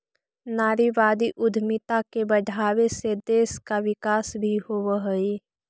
नारीवादी उद्यमिता के बढ़ावे से देश का विकास भी होवअ हई